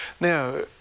Now